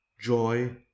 joy